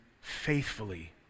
faithfully